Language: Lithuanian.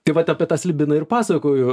tai vat apie tą slibiną ir pasakoju